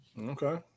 Okay